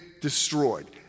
destroyed